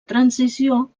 transició